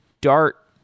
Dart